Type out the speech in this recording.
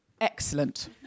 excellent